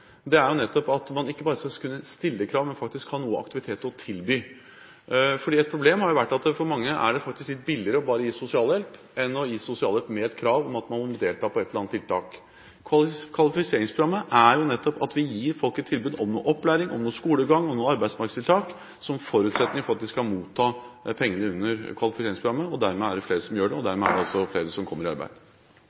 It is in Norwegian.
nettopp at man ikke bare skal kunne stille krav, men faktisk ha noe aktivitet å tilby – fordi et problem har vært at for mange er det faktisk litt billigere å gi bare sosialhjelp, enn å gi sosialhjelp med et krav om at man må delta på et eller annet tiltak. Kvalifiseringsprogrammet er jo nettopp at vi gir folk et tilbud om noe opplæring, om noe skolegang, om noen arbeidsmarkedstiltak som forutsetning for at de skal motta pengene under kvalifiseringsprogrammet. Dermed er det flere som gjør det, og dermed er det også flere som kommer i arbeid.